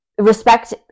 respect